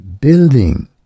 building